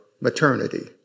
maternity